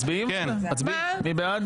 מי בעד?